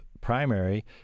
primary